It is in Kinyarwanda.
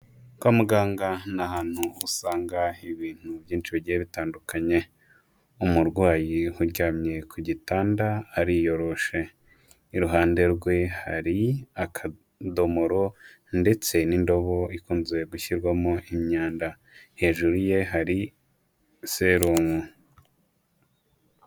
Kwa muganga ni ahantu usanga ibintu byinshi bigiye bitandukanye, umurwayi uryamye ku gitanda ariyoroshe, iruhande rwe hari akadomoro ndetse n'indobo ikunze gushyirwamo imyanda, hejuru ye hari serumu.